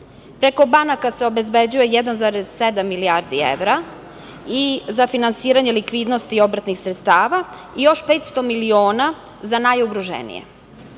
kriza. Preko banaka se obezbeđuje 1,7 milijardi evra i za finansiranje likvidnosti obrtnih sredstava i još 500 miliona za najugroženije.